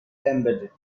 embedded